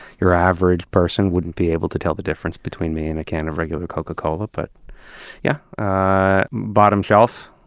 your average person wouldn't be able to tell the difference between me and a can of regular coca-cola. but yeah, bottom shelf.